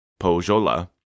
Pojola